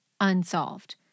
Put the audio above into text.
unsolved